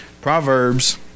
Proverbs